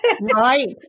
Right